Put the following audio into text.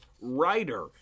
writer